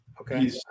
Okay